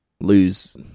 lose